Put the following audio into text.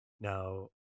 now